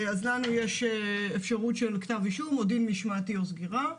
לנו יש אפשרות של כתב אישום או דין משמעתי או סגירה.